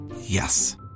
Yes